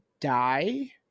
die